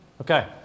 Okay